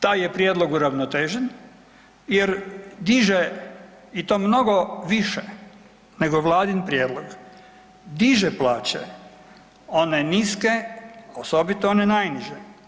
Taj je prijedlog uravnotežen jer diže i to mnogo više nego vladin prijedlog, diže plaće one niske, osobito one najniže.